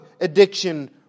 addiction